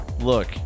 look